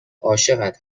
عاشقت